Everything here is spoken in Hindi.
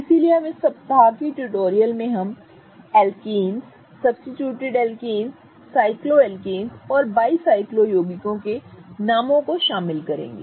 इसलिए हम इस सप्ताह के ट्यूटोरियल में हम एल्केन्स सब्स्टीट्यूटड एल्केन्स साइक्लोएल्केन्स और बाइसाइक्लो यौगिकों के नामों को शामिल करेंगे